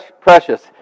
precious